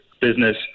business